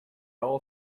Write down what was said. all